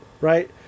right